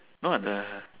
no [what] the